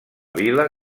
vila